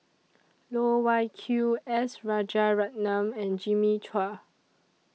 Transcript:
Loh Wai Kiew S Rajaratnam and Jimmy Chua